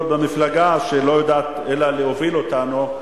להיות במפלגה שלא יודעת אלא להוביל אותנו,